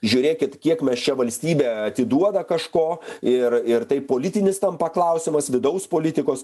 žiūrėkit kiek mes čia valstybė atiduoda kažko ir ir tai politinis tampa klausimas vidaus politikos